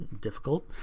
difficult